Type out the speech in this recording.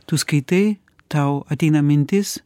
tu skaitai tau ateina mintis